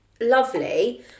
lovely